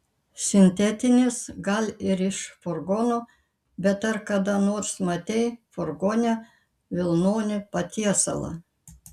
sintetinis gal ir iš furgono bet ar kada nors matei furgone vilnonį patiesalą